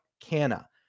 Canna